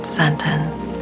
sentence